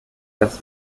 das